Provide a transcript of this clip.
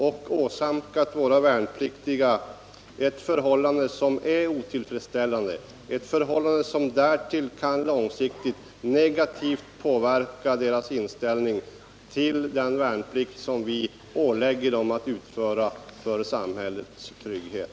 Man har försatt våra värnpliktiga i ett förhållande som är otillfredsställande, ett förhållande som långsiktigt kan negativt påverka deras inställning till den försvarsplikt som vi ålägger dem att utföra för samhällets trygghet.